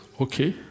Okay